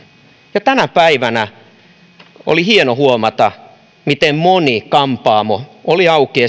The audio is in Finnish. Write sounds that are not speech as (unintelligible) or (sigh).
ja oli hieno huomata esimerkiksi itsenäisyyspäivänä miten moni kampaamo oli auki (unintelligible)